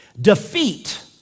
defeat